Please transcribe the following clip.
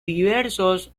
diversos